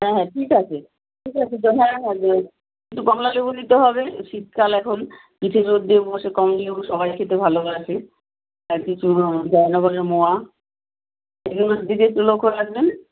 হ্যাঁ ঠিক আছে ঠিক আছে তো হ্যাঁ হ্যাঁ একটু কমলালেবু নিতে হবে শীতকাল এখন পিঠে রোদ দিয়ে বসে কমলালেবু সবাই খেতে ভালোবাসে আর কিছু জয়নগরের মোয়া এগুলোর দিকে একটু লক্ষ্য রাখবেন